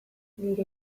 nire